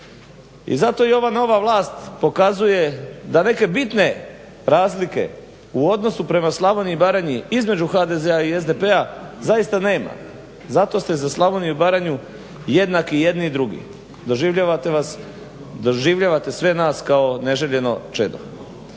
I zato i ova nova vlast pokazuje da neke bitne razlike u odnosu prema Slavoniji i Baranji između SDP-a i HDZ-a zaista nema. Zato ste za Slavoniju i Baranju jednaki i jedni i drugi. Doživljavate sve nas kao neželjeno čedo.